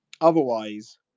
otherwise